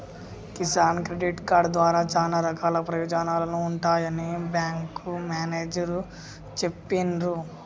Kisan credit card ద్వారా చానా రకాల ప్రయోజనాలు ఉంటాయని బేంకు మేనేజరు చెప్పిన్రు